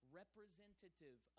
representative